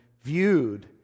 viewed